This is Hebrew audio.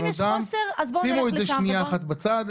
מחסור במנות דם שימו את זה שנייה בצד,